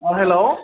hello